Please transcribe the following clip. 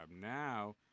Now